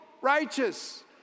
righteous